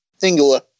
Singular